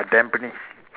tampines